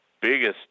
biggest